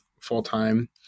full-time